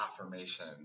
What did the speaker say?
affirmation